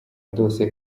ndose